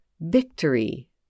Victory